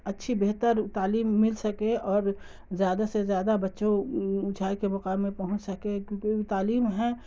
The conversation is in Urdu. اچھی بہتر تعلیم مل سکے اور زیادہ سے زیادہ بچوں اونچائی کے مقاام میں پہنچ سکے کیونکہ تعلیم ہے